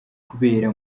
kubera